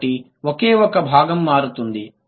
కాబట్టి ఒకే ఒక భాగం మారుతుంది